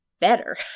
better